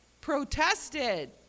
protested